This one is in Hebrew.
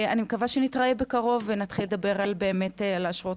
אני מקווה שנתראה בקרוב ונתחיל לדבר באמת על אשרות